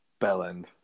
Bellend